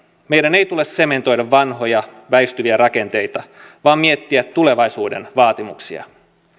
meidän ei tule sementoida vanhoja väistyviä rakenteita vaan miettiä tulevaisuuden vaatimuksia